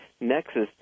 Nexus